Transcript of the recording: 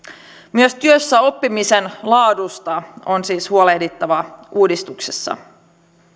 myös työssäoppimisen laadusta on siis huolehdittava uudistuksessa